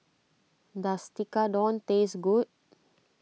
does Tekkadon taste good